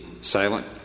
silent